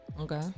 Okay